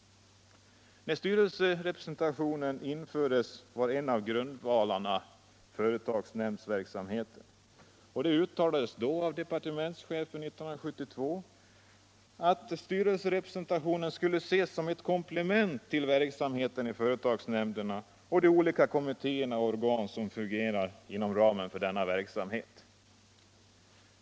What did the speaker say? När styrelserepresentationen infördes var en av grundvalarna företagsnämndsverksamhet. Det uttalades då, år 1972, av departementschefen att styrelserepresentationen skulle ses som ett komplement till verksamheten i företagsnämnderna och de olika kommittéer och organ som fungerar inom ramen för denna verksamhet.